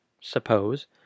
suppose